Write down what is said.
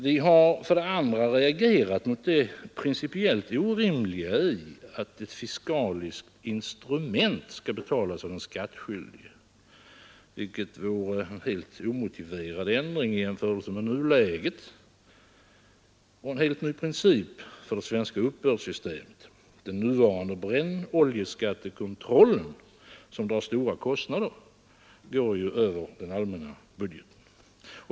Vi har för det andra reagerat mot det principiellt orimliga i att ett fiskaliskt instrument skall betalas av den skattskyldige, vilket inte endast vore en helt omotiverad ändring i jämförelse med nuläget utan också en ny princip för det svenska uppbördssystemet. Den nuvarande brännoljeskattekontrollen, som drar stora kostnader, går ju över den allmänna budgeten.